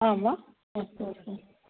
आं वा अस्तु अस्तु